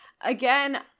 again